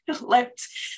left